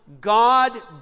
God